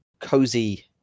cozy